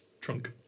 trunk